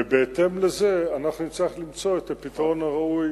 ובהתאם לזה אנחנו נצטרך למצוא את הפתרון הראוי